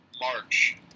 March